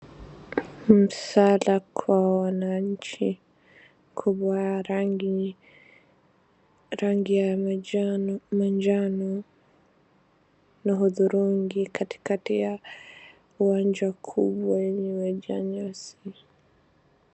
Msala kwa wananchi kwa rangi ya majano na hudhurungi katikati ya uwanja kubwa yenye imejaa nyasi.